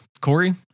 Corey